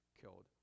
killed